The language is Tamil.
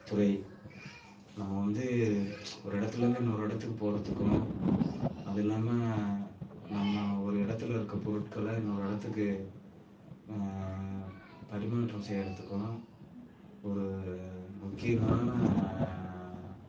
துறை நம்ம வந்து ஒரு இடத்துலேருந்து இன்னொரு இடத்துக்கு போகிறத்துக்கும் அது இல்லாமல் நம்ம ஒரு இடத்துல இருக்கற பொருட்களை இன்னொரு இடத்துக்கு பரிமாற்றம் செய்கிறத்துக்கும் ஒரு முக்கியமான